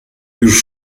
już